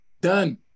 done